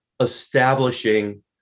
establishing